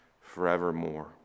forevermore